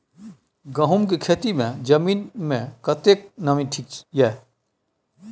गहूम के खेती मे जमीन मे कतेक नमी ठीक ये?